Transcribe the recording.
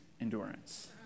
endurance